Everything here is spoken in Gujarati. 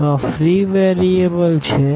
તો આ ફ્રી વેરીએબલછે